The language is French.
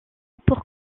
pour